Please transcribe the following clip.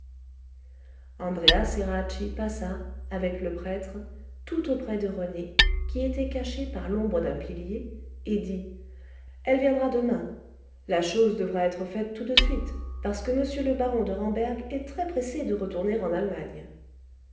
andréa ceracchi passa avec le prêtre tout auprès de rené qui était caché par l'ombre d'un pilier et dit elle viendra demain la chose devra être faite tout de suite parce que m le baron de ramberg est très pressé de retourner en allemagne